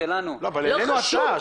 הבאנו הצעה.